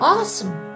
Awesome